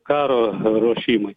karo ruošimai